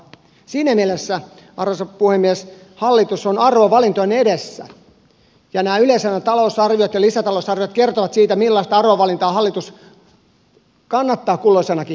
siinä mielessä arvoisa puhemies hallitus on arvovalintojen edessä ja yleensä nämä talousarviot ja lisätalousarviot kertovat siitä millaista arvovalintaa hallitus kannattaa kulloisenakin hetkenä